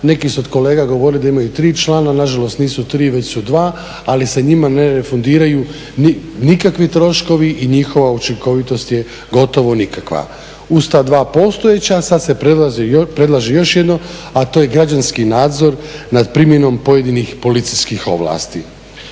neki su od kolega govorili da imaju 3 člana, nažalost nisu 3, već su 2, ali se njima ne refundiraju nikakvi troškovi i njihova učinkovitost je gotovo nikakva. Uz ta 2 postojeća sad se predlaže još jedno, a to je građanski nadzor nad primjenom pojedinih policijskih ovlasti.